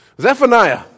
Zephaniah